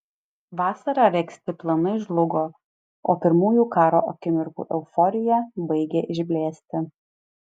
vasarą regzti planai žlugo o pirmųjų karo akimirkų euforija baigė išblėsti